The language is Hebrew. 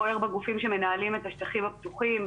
בגופים שמנהלים את השטחים הפתוחים,